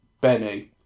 Benny